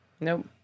Nope